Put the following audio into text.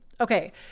Okay